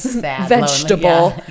vegetable